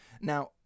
Now